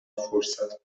فرصت